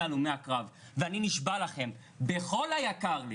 הלומי הקרב ואני נשבע לכם בכל היקר לי